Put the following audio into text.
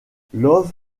love